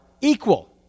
equal